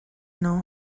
know